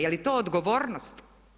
Je li to odgovornost?